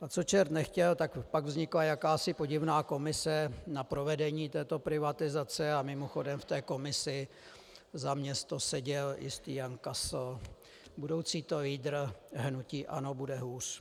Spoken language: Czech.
A co čert nechtěl, tak pak vznikla jakási podivná komise na provedení této privatizace a mimochodem, v té komisi za město seděl jistý Jan Kasl, budoucí to lídr hnutí ANO, bude hůř.